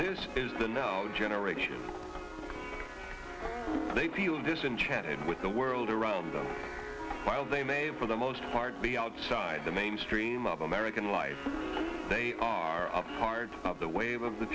this is the know generation they feel disenchanted with the world around them while they may for the most part be outside the mainstream of american life they are a part of the wave of the